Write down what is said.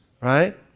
right